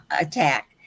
attack